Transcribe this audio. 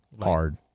Hard